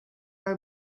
are